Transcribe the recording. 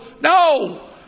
no